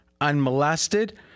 unmolested